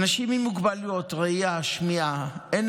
לאנשים עם מוגבלויות ראייה ושמיעה אין